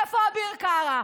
איפה אביר קארה?